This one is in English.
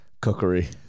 cookery